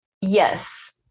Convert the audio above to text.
Yes